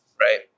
right